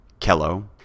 kello